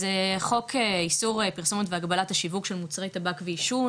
אז חוק איסור פרסומת והגבלת השיווק של מוצרי טבק ועישון,